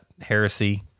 heresy